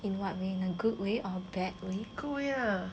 in what way in a good way or a bad way